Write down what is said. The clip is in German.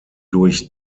durch